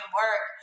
work